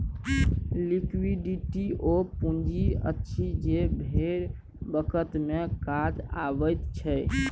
liquidity ओ पुंजी अछि जे बेर बखत मे काज अबैत छै